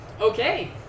Okay